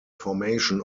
formation